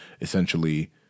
essentially